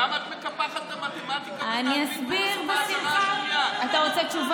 האם, גברתי השרה, את מוכנה להשיב על שאלות?